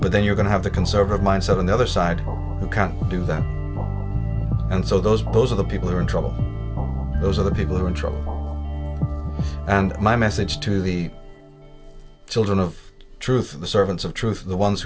but then you're going to have the conservative mindset on the other side you can't do that and so those pows are the people who are in trouble those are the people who are in trouble and my message to the children of truth the servants of truth are the ones